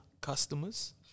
customers